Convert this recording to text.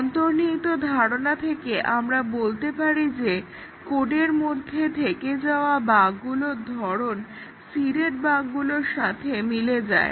অন্তর্নিহিত ধারণা থেকে আমরা বলতে পারি যে কোডের মধ্যে থেকে যাওয়া বাগগুলোর ধরণ সিডেড বাগগুলোর সাথে মিলে যায়